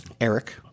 Eric